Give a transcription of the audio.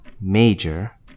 major